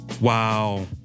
Wow